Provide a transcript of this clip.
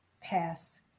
Pass